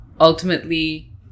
ultimately